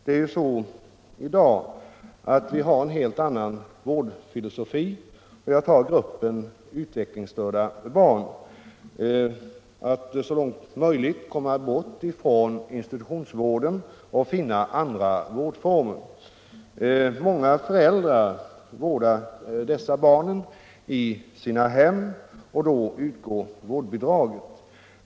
I dag har vi ju en helt annan vårdfilosofi när det gäller t.ex. gruppen utvecklingsstörda barn, nämligen att så långt som möjligt komma bort från institutionsvården och finna andra vårdformer. Många föräldrar vårdar dessa barn i sina hem, och då utgår vårdbidrag.